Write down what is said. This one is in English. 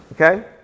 okay